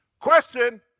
Question